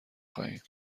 خواهیم